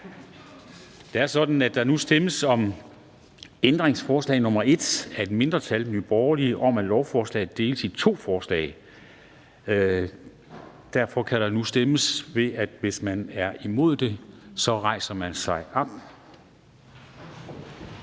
Det er sådan, at der nu stemmes om ændringsforslag nr. 1 af et mindretal (NB) om, at lovforslaget deles i to forslag. Derfor kan der nu stemmes. Hvis man er imod delingen, rejser man sig op.